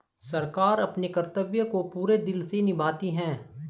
सरकार अपने कर्तव्य को पूरे दिल से निभाती है